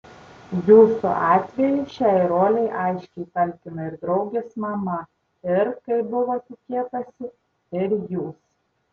jūsų atveju šiai rolei aiškiai talkina ir draugės mama ir kaip buvo tikėtasi ir jūs